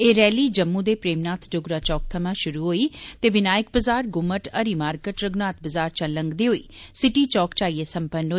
एह् रैली जम्मू दे प्रेमनाथ डोगरा चौक थमां शुरू होई ते विनायक बजार गुम्मट हरि मार्केट रघुनाथ बजार चा लंगदे होई सिटी चौक च आईए सम्पन्न होई